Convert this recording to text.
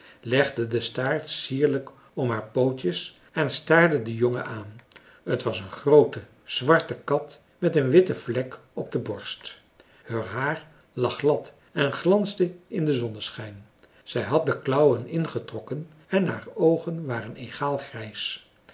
legde den staart sierlijk om haar pootjes en staarde den jongen aan t was een groote zwarte kat met een witte vlek op de borst heur haar lag glad en glansde in den zonneschijn zij had de klauwen ingetrokken en haar oogen waren egaal grijs